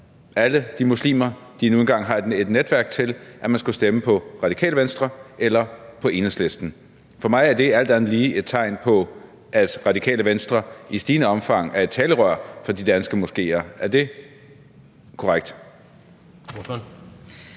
alle de muslimer, de nu engang har et netværk til, at stemme på Radikale Venstre eller på Enhedslisten. For mig er det alt andet lige et tegn på, at Radikale Venstre i stigende omfang er et talerør for de danske moskéer. Er det korrekt?